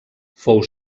fou